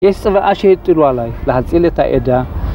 יש צוואה שהטילו עליי, להציל את העדה